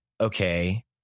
okay